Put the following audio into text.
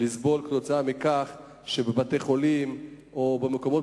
לסבול כתוצאה מכך שבבתי-חולים או במקומות